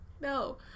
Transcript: no